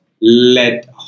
Let